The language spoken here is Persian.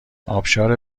آبشار